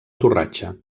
torratxa